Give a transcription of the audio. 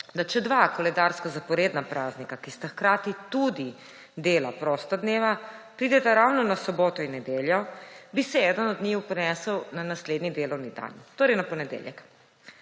da če dva koledarska zaporedna praznika, ki sta hkrati tudi dela prosta dneva, prideta ravno na soboto in nedeljo, bi se eden od njiju prenesel na naslednji delovni dan, torej na ponedeljek.